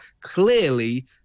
clearly